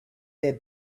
their